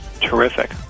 terrific